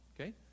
okay